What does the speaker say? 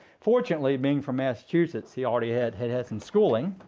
fortunately, being from massachusetts, he already had had had some schooling.